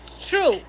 True